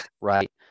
right